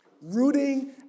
rooting